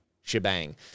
shebang